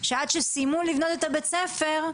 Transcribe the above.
שעד שסיימו לבנות את בית הספר,